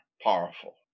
powerful